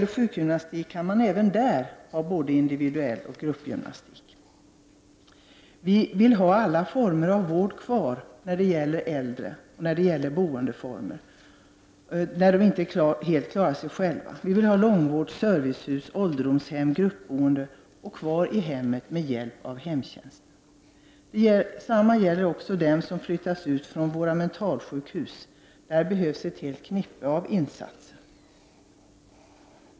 Sjukgymnastik t.ex. kan ske både individuellt och i grupp. Vi vill ha kvar alla former av vård och boende för äldre som inte helt klarar sig själva. Vi vill ha långvård, servicehus, ålderdomshem, gruppboende och möjlighet att bo kvar i hemmet med hjälp av hemtjänsten. Detsamma gäller dem som flyttas ut från våra mentalsjukhus. Där behövs ett helt knippe av insatser.